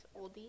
oldie